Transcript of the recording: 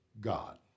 God